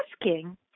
asking